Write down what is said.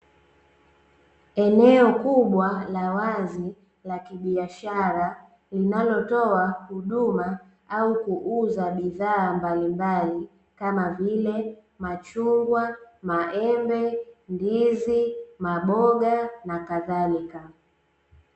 Eneo kubwa la wazi la kibiashara linalotoa huduma au kuuza bidhaa mbalimbali kama vile machungwa, maembe, ndizi, maboga na kadhalika.